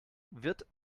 wird